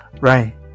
right